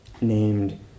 named